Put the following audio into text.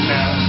Now